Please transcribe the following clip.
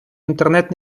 інтернет